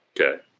Okay